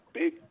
big